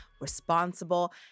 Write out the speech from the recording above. responsible